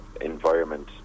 environment